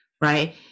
right